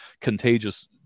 contagious